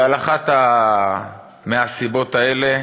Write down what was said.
ועל אחת מהסיבות האלה